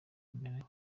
amera